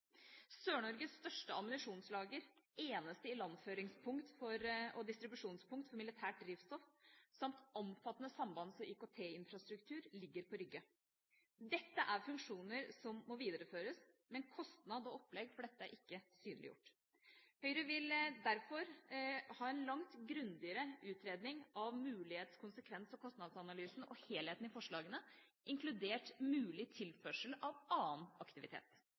Sør-Norges største ammunisjonslager, eneste ilandførings- og distribusjonspunkt for militært drivstoff samt omfattende sambands- og IKT-infrastruktur ligger på Rygge. Dette er funksjoner som må videreføres, men kostnad og opplegg for dette er ikke synliggjort. Høyre vil derfor ha en langt grundigere utredning av mulighets-, konsekvens- og kostnadsanalysen og helheten i forslagene, inkludert mulig tilførsel av annen aktivitet.